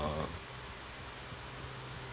um